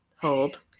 hold